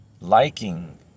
liking